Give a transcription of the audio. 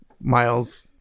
Miles